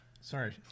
Sorry